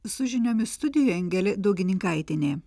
su žiniomis studijoj angelė daugininkaitienė